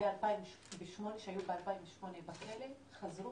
שהיו בכלא ב-2008 חזרו,